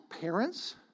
parents